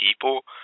people